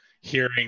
hearing